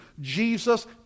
Jesus